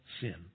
sin